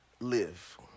live